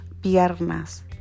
piernas